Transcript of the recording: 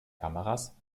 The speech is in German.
kameras